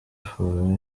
for